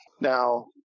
Now